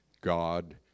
God